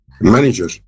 manager